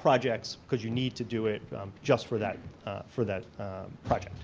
projects because you need to do it just for that for that project.